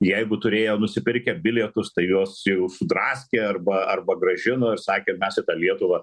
jeigu turėjo nusipirkę bilietus tai juos jau sudraskė arba arba grąžino ir sakė mes į tą lietuvą